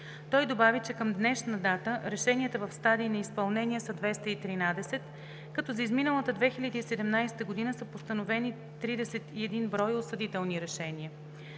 Той добави, че към днешна дата решенията в стадий на изпълнение са 213, като за изминалата 2017 г. са постановени 31 броя осъдителни решения.